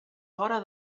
fora